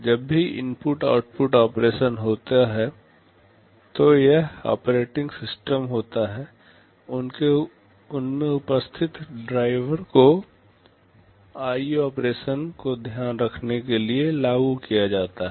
जब भी input output operation होता है तो यह ऑपरेटिंग सिस्टम होता है उनमे उपस्थित ड्राइवर को आईओ ऑपरेशंस का ध्यान रखने के लिए लागू किया जाएगा